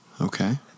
Okay